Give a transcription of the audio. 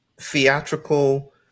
theatrical